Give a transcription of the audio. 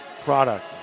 product